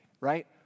right